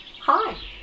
hi